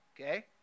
okay